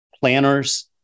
planners